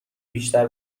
بیشتر